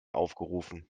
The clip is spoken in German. aufgerufen